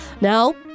Now